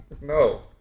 No